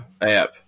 app